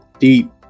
deep